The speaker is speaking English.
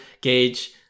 gauge